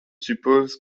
suppose